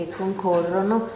concorrono